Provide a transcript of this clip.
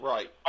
Right